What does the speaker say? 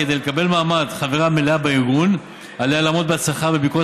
כדי לקבל מעמד של חברה מלאה בארגון עליה לעמוד בהצלחה בביקורת